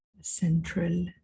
central